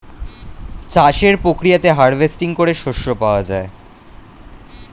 চাষের প্রক্রিয়াতে হার্ভেস্টিং করে শস্য পাওয়া যায়